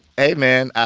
hey, man. ah